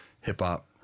hip-hop